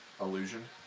Illusion